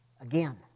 Again